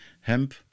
hemp